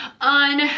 On